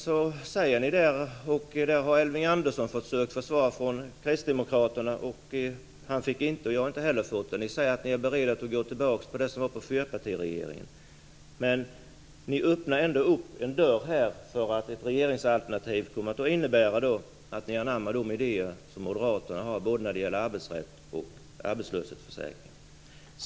Elving Andersson har försökt få ett svar från Kristdemokraterna. Han har inte fått det, och jag har inte heller fått det. Ni säger att ni är beredda att gå tillbaka till det som gällde på fyrpartiregeringens tid. Men ni öppnar ändå en dörr för att ett regeringsalternativ kommer att innebära att ni anammar de idéer som Moderaterna har när det gäller arbetsrätt och arbetslöshetsförsäkring.